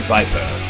Viper